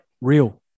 Real